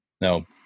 No